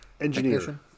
engineer